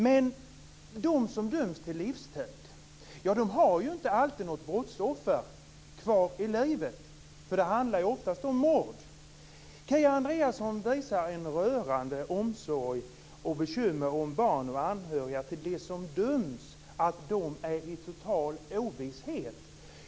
Men de som döms till livstid har inte alltid något brottsoffer kvar i livet. Det handlar ju oftast om mord. Kia Andreasson visar en rörande omsorg om och bekymrar sig för barn och anhöriga till dem som döms och säger att de befinner sig i total ovisshet.